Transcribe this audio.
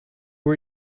are